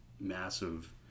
massive